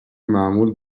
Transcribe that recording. معمول